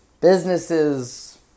Businesses